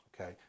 Okay